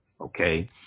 Okay